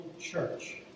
church